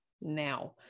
now